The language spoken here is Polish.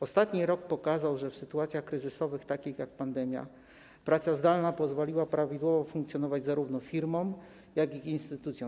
Ostatni rok pokazał, że w sytuacjach kryzysowych, takich jak pandemia, praca zdalna pozwala prawidłowo funkcjonować zarówno firmom, jak i instytucjom.